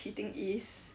cheating is